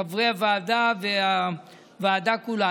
חברי הוועדה והוועדה כולה.